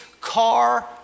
car